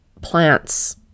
plants